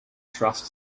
trust